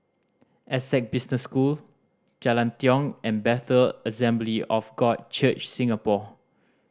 Essec Business School Jalan Tiong and Bethel Assembly of God Church Singapore